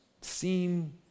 seem